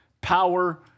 power